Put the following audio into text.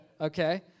Okay